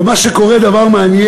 אבל מה שקורה, דבר מעניין,